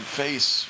face